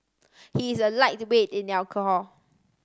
he is a lightweight in alcohol